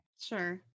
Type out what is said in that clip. Sure